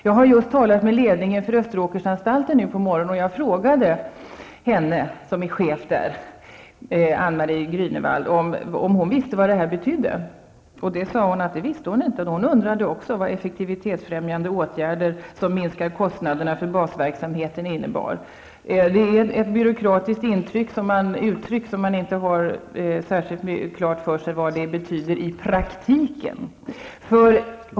Jag har nu på morgonen talat med ledningen för Österåkersanstalten, och jag frågade då anstaltschefen, Annbritt Grünewald, om hon visste vad detta betydde. Det visste hon inte. Också hon undrade vad effektivitetshöjande åtgärder som minskar kostnaderna för basverksamheten innebar. Det är ett byråkratiskt uttryck, och man har inte särkilt klart för sig vad det betyder i praktiken.